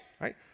right